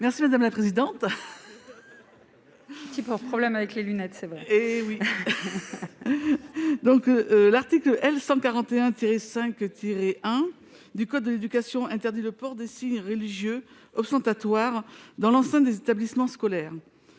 Mme Jocelyne Guidez. L'article L. 141-5-1 du code de l'éducation interdit le port de signes religieux ostentatoires dans l'enceinte des établissements scolaires